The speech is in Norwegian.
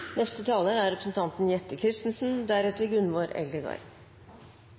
Neste taler er representanten